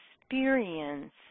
experience